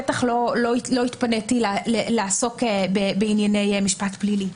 בטח לא התפניתי לעסוק בענייני משפט פלילי.